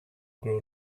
grow